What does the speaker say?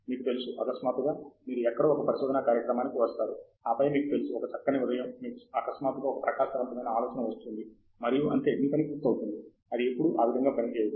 మీకు తెలుసు అకస్మాత్తుగా మీరు ఎక్కడో ఒక పరిశోధనా కార్యక్రమానికి వస్తారు ఆపై మీకు తెలుసు ఒక చక్కని ఉదయం మీకు అకస్మాత్తుగా ఒక ప్రకాశవంతమైన ఆలోచన వస్తుంది మరియు అంతే మీ పని పూర్తయింది అది ఎప్పుడూ ఆ విధంగా పనిచేయదు